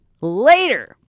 later